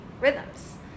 rhythms